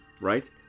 right